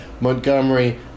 Montgomery